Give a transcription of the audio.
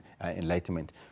Enlightenment